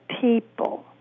people